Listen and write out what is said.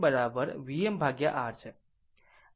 કારણ કે Im VmR છે